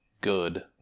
good